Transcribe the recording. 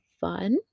fun